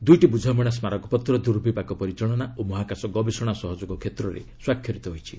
ଦୁଇଟି ବୁଝାମଣା ସ୍କାରକପତ୍ର ଦୁର୍ବିପାକ ପରିଚାଳନା ଓ ମହାକାଶ ଗବେଷଣା ସହଯୋଗ କ୍ଷେତ୍ରରେ ସ୍ୱାକ୍ଷରିତ ହୋଇଛି